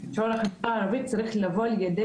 כשרון החברה הערבית צריך לבוא לידי